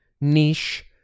niche